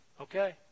okay